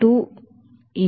2 0